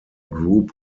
group